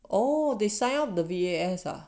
oh they sign up the V_A_S ah